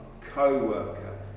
co-worker